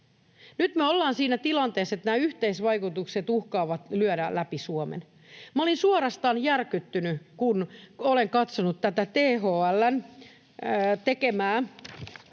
Nyt me ollaan siinä tilanteessa, että nämä yhteisvaikutukset uhkaavat lyödä läpi Suomen. Minä olin suorastaan järkyttynyt, kun olen katsonut tätä THL:n tekemää